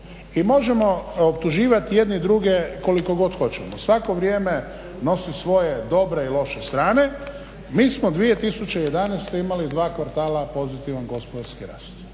I možemo optuživati jedni druge koliko god hoćemo. Svako vrijeme nosi svoje dobre i loše strane. Mi smo 2011.imali 2 kvartala pozitivan gospodarski rast,